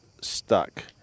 stuck